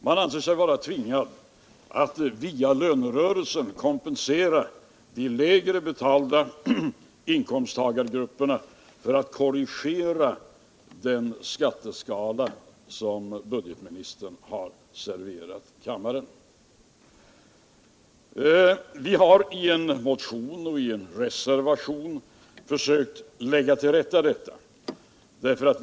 Man anser sig vara tvingad att via lönerörelsen kompensera de lägre inkomsttagarna för att korrigera den skatteskala som budgetministern har serverat kammaren. Vi har i en motion och i en reservation försökt lägga detta till rätta.